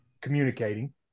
Communicating